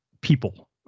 people